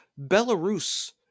Belarus